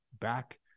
back